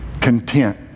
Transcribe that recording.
content